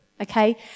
okay